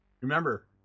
Remember